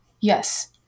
Yes